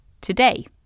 today